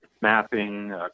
mapping